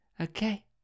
Okay